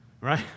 right